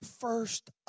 first